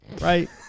right